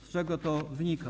Z czego to wynika?